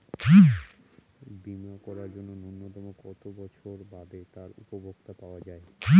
বীমা করার জন্য ন্যুনতম কত বছর বাদে তার উপভোক্তা হওয়া য়ায়?